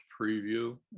preview